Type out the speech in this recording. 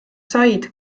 said